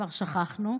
כבר שכחנו,